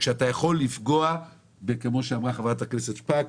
כשאתה יכול לפגוע כמו שאמרה חברת הכנסת שפק